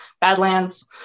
badlands